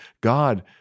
God